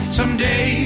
Someday